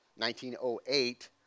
1908